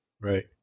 Right